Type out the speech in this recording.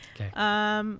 Okay